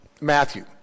Matthew